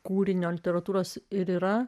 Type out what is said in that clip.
kūrinio literatūros ir yra